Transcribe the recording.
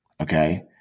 okay